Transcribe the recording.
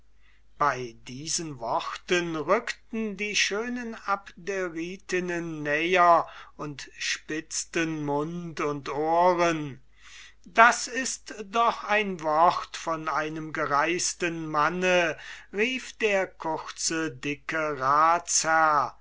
bei diesen worten rückten die schönen abderitinnen näher und spitzten mund und ohren das ist doch ein wort von einem gereisten manne rief der kurze dicke